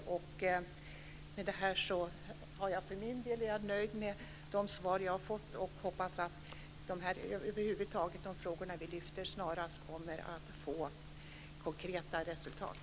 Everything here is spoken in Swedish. I och med detta är jag för min del nöjd med de svar som jag har fått och hoppas att det frågor som vi har lyft fram snarast kommer att få konkreta resultat.